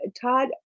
Todd